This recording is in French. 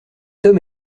homme